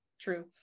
true